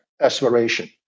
aspiration